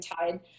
Tide